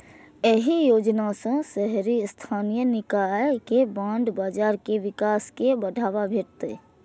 एहि योजना सं शहरी स्थानीय निकाय के बांड बाजार के विकास कें बढ़ावा भेटतै